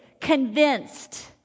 convinced